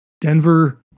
Denver